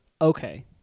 Okay